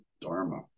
dharma